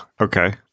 okay